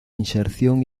inserción